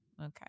Okay